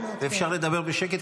ואפשר לדבר בשקט,